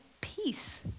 peace